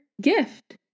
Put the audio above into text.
gift